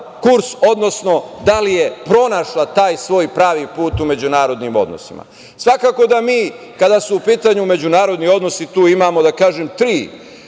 odnosno da li je pronašla taj svoj pravi put u međunarodnim odnosima. Svakako da mi, kada su u pitanju međunarodni odnosi, da kažem, tri